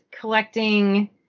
collecting